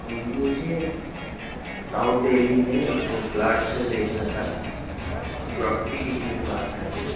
مجھے ساؤتھ دہلی میں ایک پلاٹ دیکھنا تھا آپ پراپرٹی ڈیلنگ سے بات کر رہے ہیں